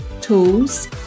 tools